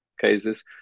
cases